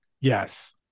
Yes